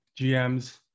GMs